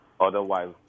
Otherwise